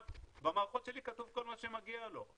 במערכות שלי כתוב כל מה שמגיע לו.